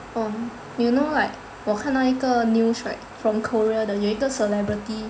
um you know like 我看到一个 news right from Korea 的有一个 celebrity